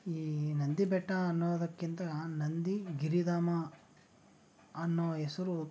ಈ ನಂದಿ ಬೆಟ್ಟ ಅನ್ನೋದಕ್ಕಿಂತ ನಂದಿ ಗಿರಿಧಾಮ ಅನ್ನೋ ಹೆಸ್ರು